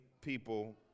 people